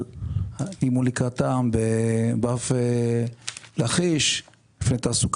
יש פה את הבירוקרטיה בהיבט של התחום